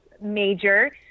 major